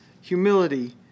humility